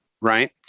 right